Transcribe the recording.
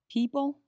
People